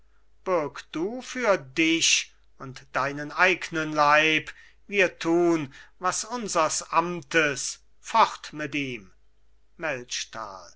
bürg du für dich und deinen eignen leib wir tun was unsers amtes fort mit ihm